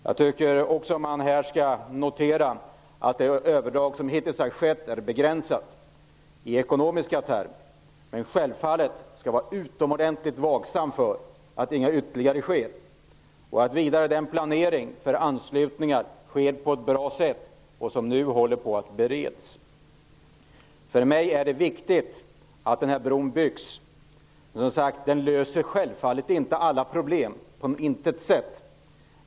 Man skall här notera att det överdrag som hittills har skett i ekonomiska termer är begränsat. Men självfallet skall man vara utomordentligt vaksam så att inga ytterligare överdrag sker. Vidare skall den planering för de anslutningar som nu håller på att beredas ske på ett bra sätt. För mig är det viktigt att den här bron byggs. Den löser självfallet inte alla problem - på intet sätt.